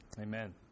Amen